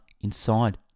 inside